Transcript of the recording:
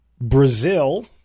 Brazil